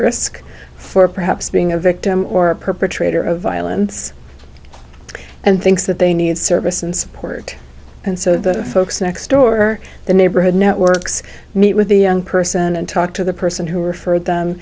risk for perhaps being a victim or a perpetrator of violence and thinks that they need service and support and so the folks next door or the neighborhood networks meet with the person and talk to the person who referred them